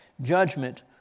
Judgment